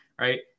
right